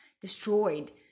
Destroyed